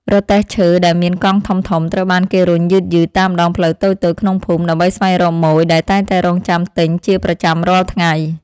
រទេះឈើដែលមានកង់ធំៗត្រូវបានគេរុញយឺតៗតាមដងផ្លូវតូចៗក្នុងភូមិ ដើម្បីស្វែងរកម៉ូយដែលតែងតែរង់ចាំទិញជាប្រចាំរាល់ថ្ងៃ។